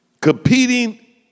Competing